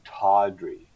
tawdry